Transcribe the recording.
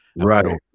right